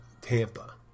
Tampa